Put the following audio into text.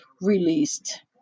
released